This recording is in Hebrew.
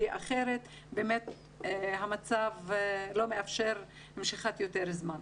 כי אחרת המצב לא מאפשר משיכת יותר זמן.